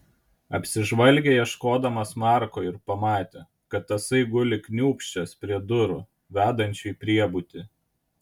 apsižvalgė ieškodamas marko ir pamatė kad tasai guli kniūbsčias prie durų vedančių į priebutį